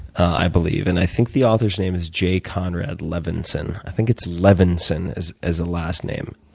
i believe. and i think the author's name is jay conrad levinson. i think it's levinson as as a last name.